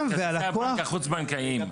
והלקוח --- כרטיסי הבנק החוץ בנקאיים,